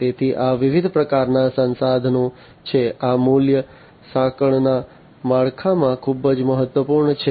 તેથી આ વિવિધ પ્રકારના સંસાધનો છે આ મૂલ્ય સાંકળના માળખામાં ખૂબ જ મહત્વપૂર્ણ છે